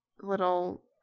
little